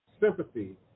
sympathy